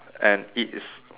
and it is